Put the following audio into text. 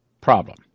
problem